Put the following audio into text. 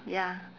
ya